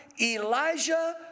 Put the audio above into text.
Elijah